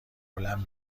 هلند